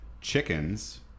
chickens